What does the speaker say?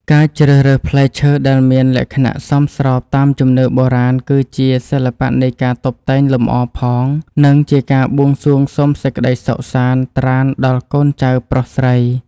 ការជ្រើសរើសផ្លែឈើដែលមានលក្ខណៈសមស្របតាមជំនឿបុរាណគឺជាសិល្បៈនៃការតុបតែងលម្អផង និង ជាការបួងសួងសុំសេចក្តីសុខសាន្តត្រាណដល់កូនចៅប្រុសស្រី។